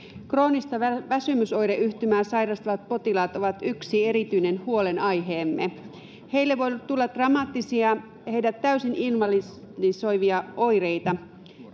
kroonista väsymysoireyhtymää sairastavat potilaat ovat yksi erityinen huolenaiheemme heille voi tulla dramaattisia täysin invalidisoivia oireita